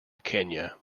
kenya